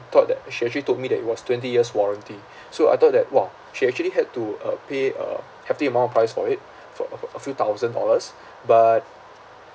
thought that she actually told me that it was twenty years warranty so I thought that !wah! she actually had to uh pay a hefty amount of price for it for a a few thousand dollars but